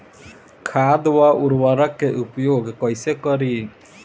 खाद व उर्वरक के उपयोग कइसे करी?